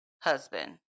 husband